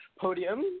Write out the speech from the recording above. podium